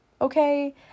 okay